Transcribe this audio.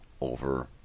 over –